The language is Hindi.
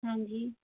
हाँ जी